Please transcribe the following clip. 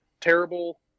Terrible